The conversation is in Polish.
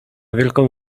wielką